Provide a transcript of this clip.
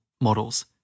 models